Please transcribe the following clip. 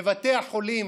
בבתי החולים,